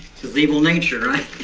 it's his evil nature, right?